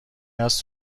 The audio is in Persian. هست